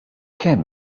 kemm